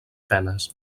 penes